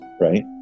right